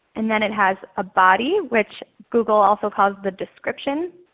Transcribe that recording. and then it has a body which google also calls the description.